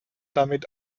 damit